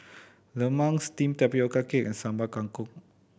lemang steamed tapioca cake and Sambal Kangkong